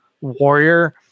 warrior